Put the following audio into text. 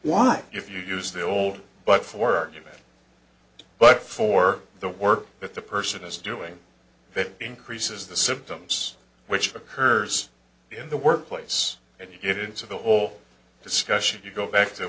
why if you use the old but for argument but for the work that the person is doing that increases the symptoms which occurs in the workplace and you get into the whole discussion you go back to